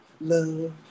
love